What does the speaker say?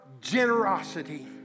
generosity